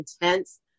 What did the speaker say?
intense